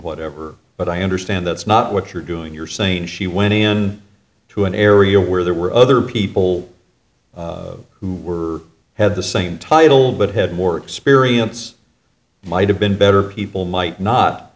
whatever but i understand that's not what you're doing you're saying she went in to an area where there were other people who were had the same title but had more experience might have been better people might not